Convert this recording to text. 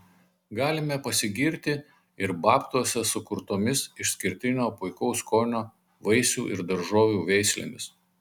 galime pasigirti ir babtuose sukurtomis išskirtinio puikaus skonio vaisių ir daržovių veislėmis